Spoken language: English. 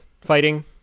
fighting